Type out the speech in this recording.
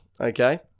okay